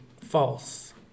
false